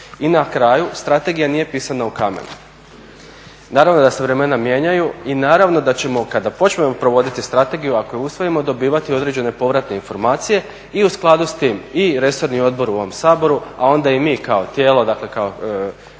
I na kraju, strategija nije pisana u kamenu. Naravno da se vremena mijenjaju i naravno da ćemo kada počnemo provoditi strategiju ako je usvojimo dobivati određene povratne informacije i u skladu s tim i resorni odbor u ovom Saboru, a onda i mi kao tijelo, dakle kao